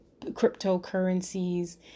cryptocurrencies